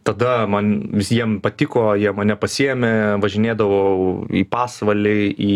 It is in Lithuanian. tada man visiem patiko jie mane pasiėmė važinėdavau į pasvalį į